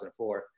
2004